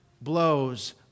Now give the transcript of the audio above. blows